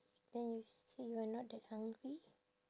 then you say you are not that hungry